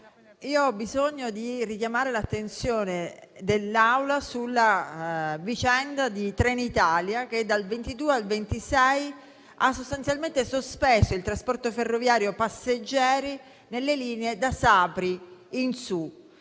io ho bisogno di richiamare l'attenzione dell'Assemblea sulla vicenda di Trenitalia che, dal 22 al 26 luglio, ha sostanzialmente sospeso il trasporto ferroviario passeggeri nelle linee da Sapri in su,